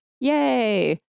Yay